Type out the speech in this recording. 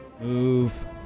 move